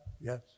Yes